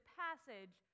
passage